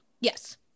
Yes